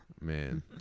Man